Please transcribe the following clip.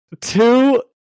two